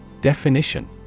Definition